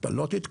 אתה לא תתקדם.